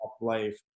life